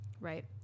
right